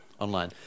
Online